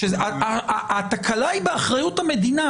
התקלה היא באחריות המדינה